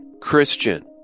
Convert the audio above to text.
Christian